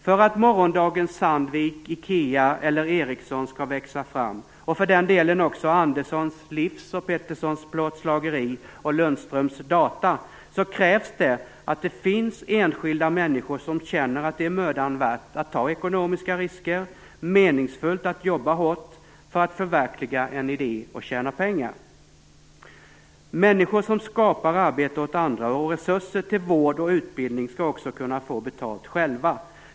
För att morgondagens Sandvik, IKEA eller Ericsson skall växa fram - och för den delen också Andersson Livs, Petterssons Plåtslageri och Lundströms DATA - krävs att det finns enskilda människor som känner att det är mödan värt att ta ekonomiska risker, meningsfullt att jobba hårt för att förverkliga en idé och tjäna pengar. Människor som skapar arbete åt andra och resurser till vård och utbildning skall också kunna få betalt själva.